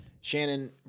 Shannon